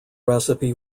recipe